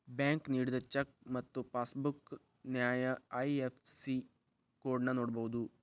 bank ನೇಡಿದ cheque ಮತ್ತ passbook ನ್ಯಾಯ ಐ.ಎಫ್.ಎಸ್.ಸಿ ಕೋಡ್ನ ನೋಡಬೋದು